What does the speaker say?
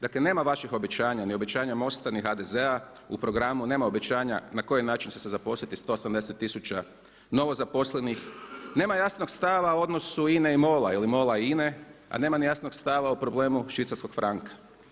Dakle nema vaših obećanja, ni obećanja MOST-a ni HDZ-a, u programu nema obećanja na koji način će se zaposliti 180 tisuća novozaposlenih, nema jasnog stava u odnosu INA-e i MOL-a ili MOL-a i INA-e a nema ni jasnog stava o problemu švicarskog franka.